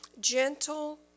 gentle